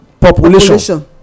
population